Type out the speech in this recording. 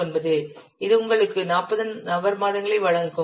49 இது உங்களுக்கு 40 நபர் மாதங்களை வழங்கும்